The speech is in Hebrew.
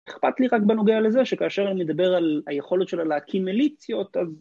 אכפת לי רק בנוגע לזה שכאשר אני מדבר על היכולת שלה להקים מיליציות, אז...